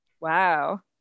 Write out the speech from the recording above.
Wow